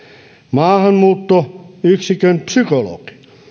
maahanmuuttoyksikön psykologi